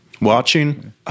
Watching